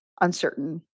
uncertain